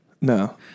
No